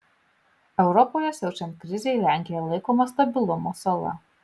europoje siaučiant krizei lenkija laikoma stabilumo sala